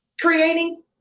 creating